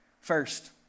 First